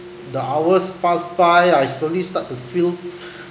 the hours passed by I slowly start to feel